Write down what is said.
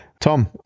Tom